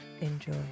Enjoy